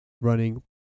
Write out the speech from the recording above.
running